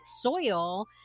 soil